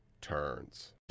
turns